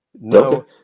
No